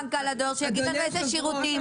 כלומר אם בא מישהו וקונה שם קפה אז